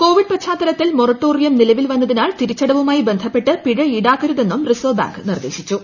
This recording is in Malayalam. കോവിഡ് പശ്ചാത്തലത്തിൽ മൊറട്ടോറിയം നില്ലൂവിൽ വന്നതിനാൽ തിരിച്ചടവുമായി ബന്ധപ്പെട്ട് പിഴ ഈടാക്കരുത്തെന്നും റിസർവ് ബാങ്ക് നിർദ്ദേശിച്ചു